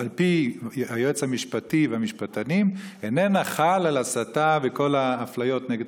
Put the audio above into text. על פי היועץ המשפטי והמשפטנים איננו חל על הסתה וכל האפליות נגד חרדים.